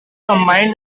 combined